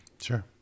Sure